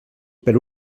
per